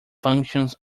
functions